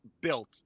built